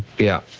yeah,